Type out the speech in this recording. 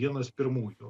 vienas pirmųjų